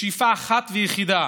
בשאיפה אחת ויחידה: